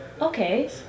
okay